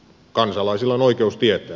kansalaisilla on oikeus tietää